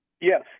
Yes